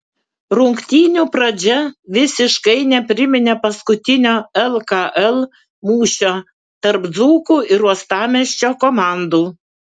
rungtynių pradžia visiškai nepriminė paskutinio lkl mūšio tarp dzūkų ir uostamiesčio komandų